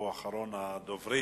והוא אחרון הדוברים.